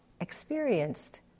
experienced